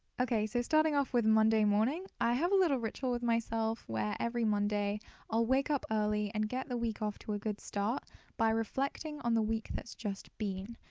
okay, so starting off with monday morning i have a little ritual with myself where every monday i'll wake up early and get the week off to a good start by reflecting on the week that's just been.